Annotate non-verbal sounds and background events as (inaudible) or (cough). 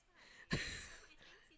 (laughs)